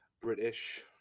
British